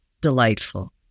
delightful